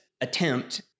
attempt